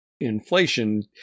inflation